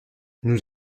nous